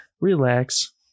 relax